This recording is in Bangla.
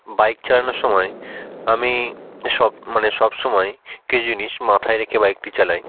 বাইক চালানোর সময় আমি সব মানে সব সময় কিছু জিনিস মাথায় রেখে বাইকটি চালাই